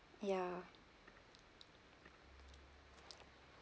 ya